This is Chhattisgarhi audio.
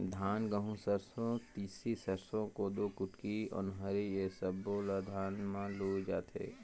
धान, गहूँ, सरसो, तिसी, सरसो, कोदो, कुटकी, ओन्हारी ए सब्बो ल धान म लूए जाथे